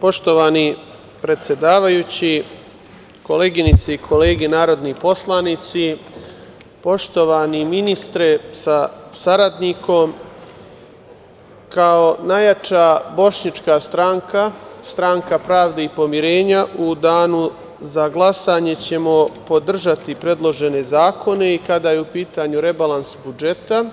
Poštovani predsedavajući, koleginice i kolege narodni poslanici, poštovani ministre sa saradnikom, kao najjača bošnjačka stranka Stranka pravde i pomirenja u danu za glasanje ćemo podržati predložene zakone i kada je u pitanju rebalans budžeta